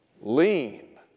lean